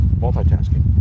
multitasking